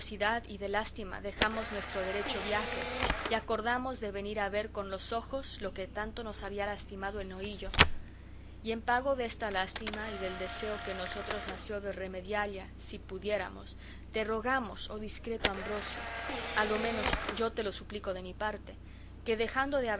y de lástima dejamos nuestro derecho viaje y acordamos de venir a ver con los ojos lo que tanto nos había lastimado en oíllo y en pago desta lástima y del deseo que en nosotros nació de remedialla si pudiéramos te rogamos oh discreto ambrosio a lo